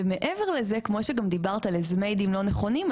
ומעבר לזה כמו שדיברת על אזמיידים לא נכונים,